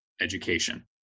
education